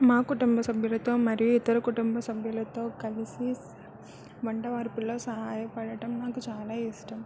మా కుటుంబ సభ్యులతో మరియు ఇతర కుటుంబ సభ్యులతో కలిసి వంటా వార్పుల్లో సహాయపడటం నాకు చాలా ఇష్టం